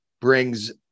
brings